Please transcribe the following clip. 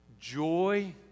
joy